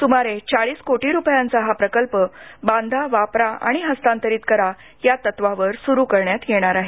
सुमारे चाळीस कोटी रुपयांचा हा प्रकल्प बांधा वापरा आणि हस्तांतरीत करा या तत्वावर सुरु करण्यात येणार आहे